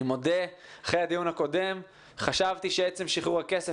אני מודה שאחרי הדיון הקודם חשבתי שעצם שחרור הכסף